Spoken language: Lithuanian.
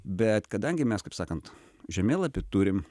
bet kadangi mes kaip sakant žemėlapį turim